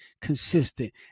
consistent